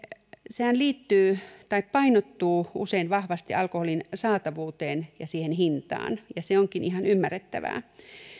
sehän liittyy tai painottuu usein vahvasti alkoholin saatavuuteen ja siihen hintaan ja se onkin ihan ymmärrettävää